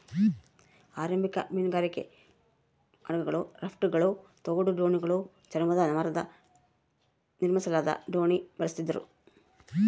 ಆರಂಭಿಕ ಮೀನುಗಾರಿಕೆ ಹಡಗುಗಳು ರಾಫ್ಟ್ಗಳು ತೋಡು ದೋಣಿಗಳು ಚರ್ಮ ಮರದ ನಿರ್ಮಿಸಲಾದ ದೋಣಿ ಬಳಸ್ತಿದ್ರು